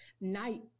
night